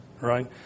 right